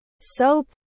soap